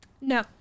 No